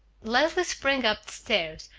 leslie sprang up the stairs,